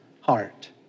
heart